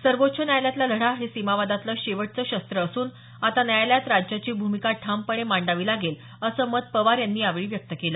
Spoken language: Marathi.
सर्वोच्च न्यायालयातला लढा हे सीमावादातलं शेवटचं शस्त्र असून आता न्यायालयात राज्याची भूमिका ठामपणे मांडावी लागेल असं मत पवार यांनी यावेळी व्यक्त केलं